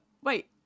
wait